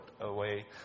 away